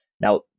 now